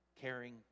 caring